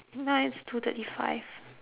now it's two thirty five